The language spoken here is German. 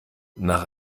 nach